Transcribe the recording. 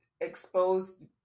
exposed